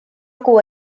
cua